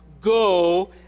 go